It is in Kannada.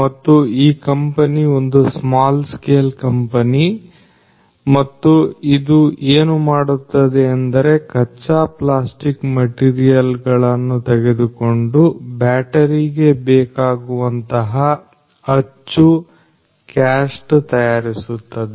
ಮತ್ತು ಈ ಕಂಪನಿ ಒಂದು ಸ್ಮಾಲ್ ಸ್ಕೇಲ್ ಕಂಪನಿ ಮತ್ತು ಇದು ಏನು ಮಾಡುತ್ತಿದೆ ಎಂದರೆ ಕಚ್ಚಾ ಪ್ಲಾಸ್ಟಿಕ್ ಮೆಟೀರಿಯಲ್ ಗಳನ್ನು ತೆಗೆದುಕೊಂಡು ಬ್ಯಾಟರಿಗೆ ಬೇಕಾಗುವಂತಹ ಅಚ್ಚು ಕ್ಯಾಸ್ಟ್ ತಯಾರಿಸುತ್ತದೆ